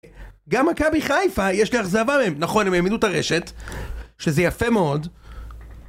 גם מכבי חיפה יש לי אכזבה מהם, נכון, הם העמידו את הרשת שזה יפה מאוד